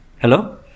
Hello